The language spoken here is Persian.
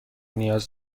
نیاز